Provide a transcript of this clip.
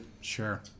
sure